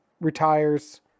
retires